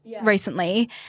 recently